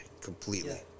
completely